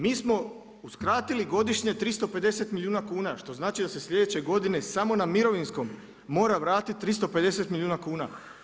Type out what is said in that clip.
Mi smo uskratili godišnje 350 milijuna kuna što znači da se sljedeće godine samo na mirovinskom mora vratiti 350 milijuna kuna.